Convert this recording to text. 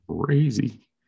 Crazy